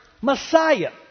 Messiah